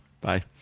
Bye